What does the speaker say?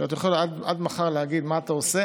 אתה יכול עד מחר להגיד: מה אתה עושה.